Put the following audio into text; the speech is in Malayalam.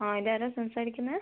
ആ ഇത് ആരാണ് സംസാരിക്കുന്നത്